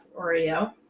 Oreo